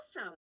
awesome